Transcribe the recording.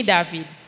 David